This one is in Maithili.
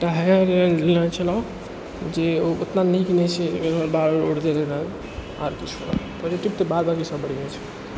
एकटा हेयर ओइल लेले छलहुँ जे ओ ओतना नीक नहि छै बाल उल उड़तै जेना बाद बाकी सभ बढ़िआँ छै